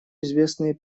известные